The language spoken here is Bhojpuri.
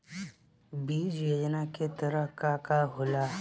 बीज योजना के तहत का का होला?